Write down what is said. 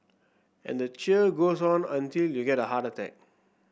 and the cheer goes on until you get a heart attack